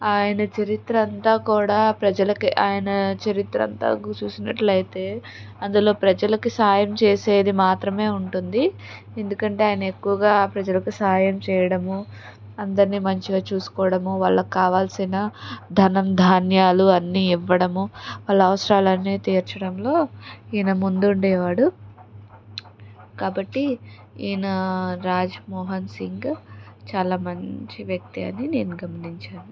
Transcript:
ఆయన చరిత్ర అంతా కూడా ప్రజలకు ఆయన చరిత్ర అంతా చూసినట్లయితే అందులో ప్రజలకు సాయం చేసేది మాత్రమే ఉంటుంది ఎందుకంటే ఆయన ఎక్కువగా ప్రజలకు సహాయం చేయడము అందరిని మంచిగా చూసుకోవడము వాళ్లకు కావాల్సిన ధనం ధాన్యాలు అన్ని ఇవ్వడము వాళ్ళ అవసరాలు అన్నీ తీర్చడంలో ఈయన ముందుండేవాడు కాబట్టి ఈయన రాజ్ మోహన్ సింగ్ చాలా మంచి వ్యక్తి అని నేను గమనించాను